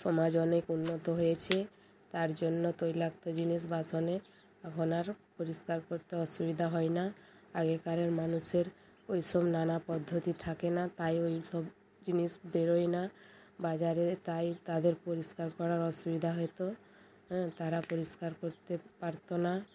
সমাজ অনেক উন্নত হয়েছে তার জন্য তৈলাক্ত জিনিস বাসনে এখন আর পরিষ্কার করতে অসুবিধা হয় না আগেকারের মানুষের ওই সব নানা পদ্ধতি থাকে না তাই ওই সব জিনিস বেরোয় না বাজারে তাই তাদের পরিষ্কার করার অসুবিধা হয়তো হ্যাঁ তারা পরিষ্কার করতে পারতো না